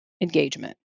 engagement